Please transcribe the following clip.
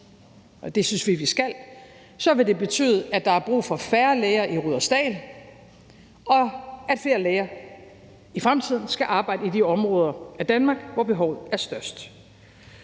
og det synes vi at vi skal, vil det betyde, at der er brug for færre læger i Rudersdal, og at flere læger i fremtiden skal arbejde i de områder af Danmark, hvor behovet er størst.